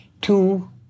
Two